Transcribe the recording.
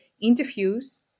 interviews